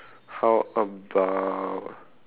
how about